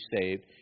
saved